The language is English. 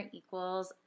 equals